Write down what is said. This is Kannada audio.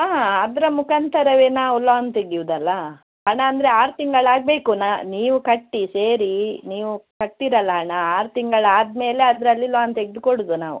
ಹ್ಞೂ ಅದರ ಮುಖಾಂತರವೇ ನಾವು ಲ್ವೋನ್ ತೆಗ್ಯೋದಲ್ಲ ಹಣ ಅಂದರೆ ಆರು ತಿಂಗಳಾಗಬೇಕು ನಾ ನೀವು ಕಟ್ಟಿ ಸೇರಿ ನೀವು ಕಟ್ತೀರಲ್ವ ಹಣ ಆರು ತಿಂಗಳಾದ ಮೇಲೆ ಅದರಲ್ಲಿ ಲ್ವೋನ್ ತೆಗೆದು ಕೊಡೋದು ನಾವು